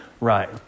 Right